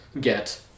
get